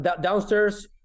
downstairs